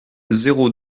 zéro